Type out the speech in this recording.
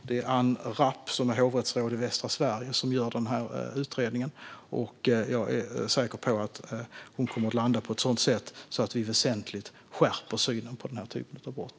Det är Anne Rapp, som är hovrättsråd i Västra Sverige, som gör utredningen, och jag är säker på att hon kommer att landa på ett sätt som gör att vi väsentligt skärper synen på den här typen av brott.